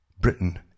Britain